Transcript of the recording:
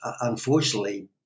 unfortunately